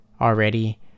already